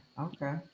okay